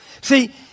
See